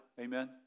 amen